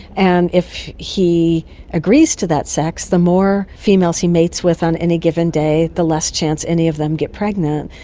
and if he agrees to that sex, the more females he mates with on any given day, the less chance any of them get pregnant.